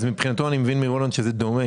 מבחינתו אני מבין מרולנד שזה דומה,